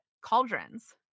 cauldrons